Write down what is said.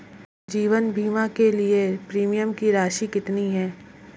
जीवन बीमा के लिए प्रीमियम की राशि कितनी है?